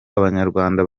abanyarwanda